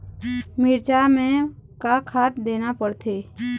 मिरचा मे का खाद देना पड़थे?